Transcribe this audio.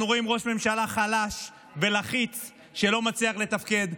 אנחנו רואים ראש ממשלה חלש ולחיץ שלא מצליח לתפקד.